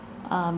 um